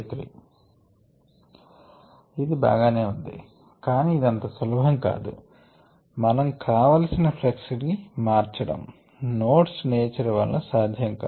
splitratiofluxthroughthedesiredbranchsumoffluxesthroughallbranchesJ2iJiJ2J1J2J3 ఇది బాగానే ఉంది కానీ ఇది అంత సులభం కాదు మన కావలసినట్లు ప్లక్స్ ని మార్చడం నోడ్స్ నేచర్ వలన సాధ్యం కాదు